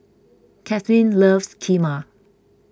Kathlyn loves Kheema